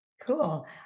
Cool